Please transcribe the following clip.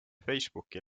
facebooki